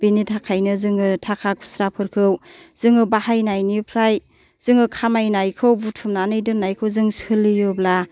बिनि थाखायनो जोङो थाखा खुस्राफोरखौ जोङो बाहायनायनिफ्राय जोङो खामायनायखौ बुथुमनानै दोननायखौ जों सोलियोब्ला